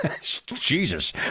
Jesus